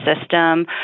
system